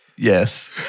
Yes